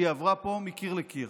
והיא עברה פה מקיר לקיר.